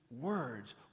words